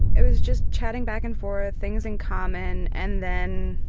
it was just chatting back and forth, things in common, and then